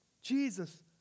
Jesus